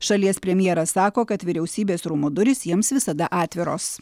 šalies premjeras sako kad vyriausybės rūmų durys jiems visada atviros